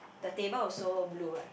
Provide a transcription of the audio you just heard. the table also blue right